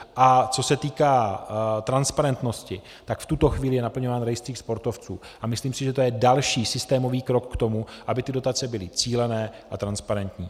A co se týká transparentnosti, tak v tuto chvíli je naplňován rejstřík sportovců a myslím si, že to je další systémový krok k tomu, aby ty dotace byly cílené a transparentní.